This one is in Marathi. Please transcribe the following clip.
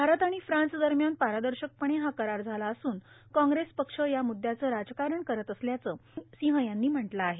भारत आर्गाण फ्रान्सदरम्यान पारदशकपणे हा करार झाला असून काँग्रेस पक्ष या मुदयाचं राजकारण करत असल्याचं रासंह यांनी म्हटलं आहे